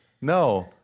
No